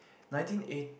nineteen eight